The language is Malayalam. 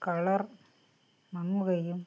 കളർ മങ്ങുകയും